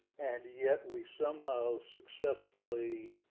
and yet, we somehow successfully